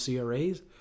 CRA's